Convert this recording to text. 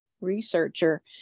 researcher